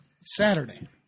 Saturday